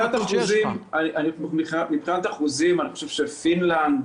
באחוזים אני חושב שפינלנד,